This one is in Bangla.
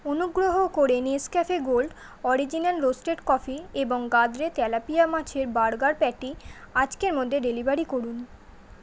অনুগ্রহ করে Nescafe gold original roasted coffee এবং গাদ্রে তেলাপিয়া মাছের বার্গার প্যাটি আজকের মধ্যে ডেলিভারি করুন